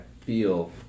feel